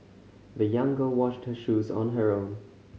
the young girl washed her shoes on her own